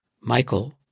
Michael